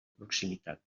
proximitat